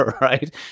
right